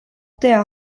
der